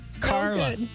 Carla